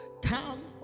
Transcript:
Come